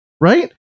right